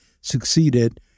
succeeded